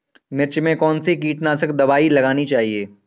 मिर्च में कौन सी कीटनाशक दबाई लगानी चाहिए?